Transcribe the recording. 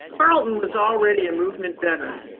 carlton was already a movement veteran.